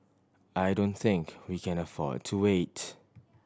I don't think we can afford to wait